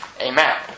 Amen